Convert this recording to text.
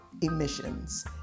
emissions